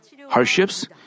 hardships